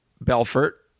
Belfort